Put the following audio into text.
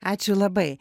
ačiū labai